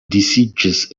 disiĝis